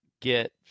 Get